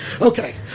okay